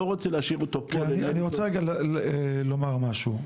לא רוצה להשאיר אותו פה --- אני רוצה רגע לומר משהו,